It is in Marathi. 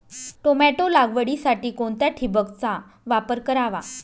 टोमॅटो लागवडीसाठी कोणत्या ठिबकचा वापर करावा?